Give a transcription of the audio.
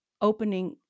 opening